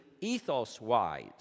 ethos-wise